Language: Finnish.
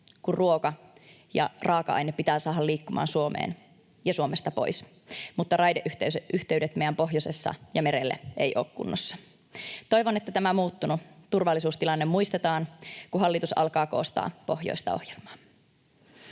kun ruoka ja raaka-aineet pitää saada liikkumaan Suomeen ja Suomesta pois mutta raideyhteydet meidän pohjoisessa ja merelle eivät ole kunnossa. Toivon, että tämä muuttunut turvallisuustilanne muistetaan, kun hallitus alkaa koostaa pohjoista ohjelmaa.